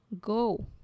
go